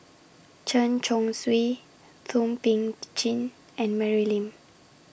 Chen Chong Swee Thum Ping Tjin and Mary Lim